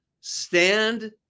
stand